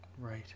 Right